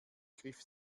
griff